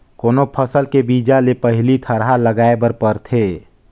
कोनो फसल के बीजा ले पहिली थरहा लगाए बर परथे